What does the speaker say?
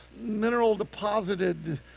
mineral-deposited